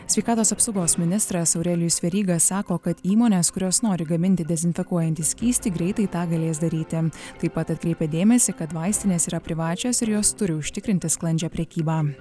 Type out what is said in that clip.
sveikatos apsaugos ministras aurelijus veryga sako kad įmonės kurios nori gaminti dezinfekuojantį skystį greitai tą galės daryti taip pat atkreipia dėmesį kad vaistinės yra privačios ir jos turi užtikrinti sklandžią prekybą